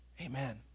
amen